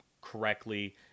correctly